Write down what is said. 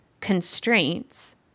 constraints